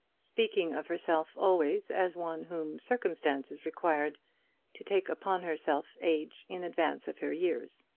speaking of herself always as one whom circumstances required to take upon herself age in advance of her years.